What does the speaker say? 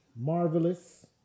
marvelous